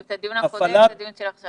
את הדיון הקודם ואת הדיון עכשיו.